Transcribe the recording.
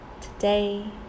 today